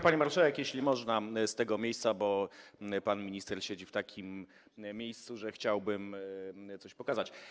Pani marszałek, jeśli można z tego miejsca, bo pan minister siedzi w takim miejscu, że chciałbym coś pokazać.